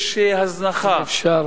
יש הזנחה, אם אפשר,